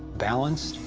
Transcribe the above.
balanced,